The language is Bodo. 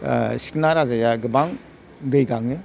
ओह सिकना राजाया गोबां दै गाङो